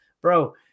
bro